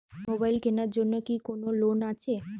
Mobile কেনার জন্য কি কোন লোন আছে?